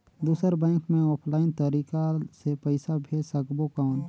दुसर बैंक मे ऑफलाइन तरीका से पइसा भेज सकबो कौन?